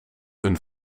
een